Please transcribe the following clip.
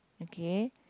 okay